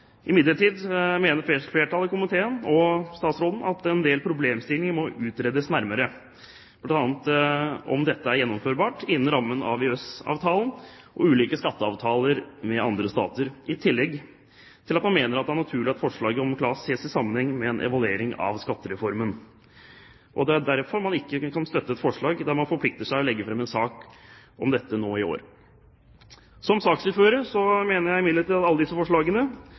Imidlertid mener flertallet i komiteen og statsråden at en del problemstillinger må utredes nærmere, bl.a. om dette er gjennomførbart innenfor rammen av EØS-avtalen og ulike skatteavtaler med andre stater, i tillegg til at man mener at det er naturlig at forslaget om KLAS ses i sammenheng med en evaluering av skattereformen. Det er derfor man ikke kan støtte et forslag der man forplikter seg til å legge fram en sak om dette nå i år. Som saksordfører mener jeg imidlertid at når det gjelder de forslagene